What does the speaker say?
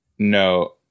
No